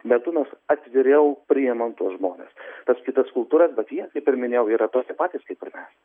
metu mes atviriau priėmam tuos žmones tas kitas kultūras bet jie kaip ir minėjau yra tokie patys kaip ir mes